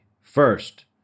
First